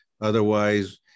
Otherwise